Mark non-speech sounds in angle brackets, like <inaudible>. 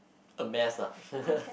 a mess lah <laughs>